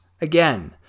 Again